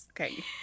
Okay